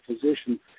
physician